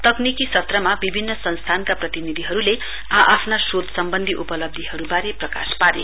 तकनिकी सत्रमा विभिन्न संस्थानका प्रतिनिधिहरूले आ आफ्ना शोध सम्बन्धी उपलब्धीहरू बारे प्रकाश पारे